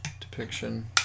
depiction